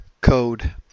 code